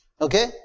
Okay